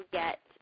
get